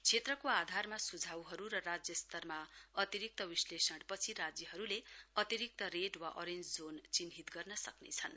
क्षेत्रको आधारमा सुझाउहरू र राज्यस्तरमा अतिरिक्त विश्लेषणमाथि राज्यहरूले अतिरिक्त रेड वा अरेञ्जजोन चिन्हित गर्न सक्नेछन्